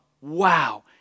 wow